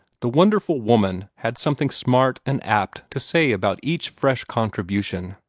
the wonderful woman had something smart and apt to say about each fresh contribution,